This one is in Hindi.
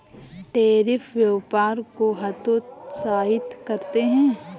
टैरिफ व्यापार को हतोत्साहित करते हैं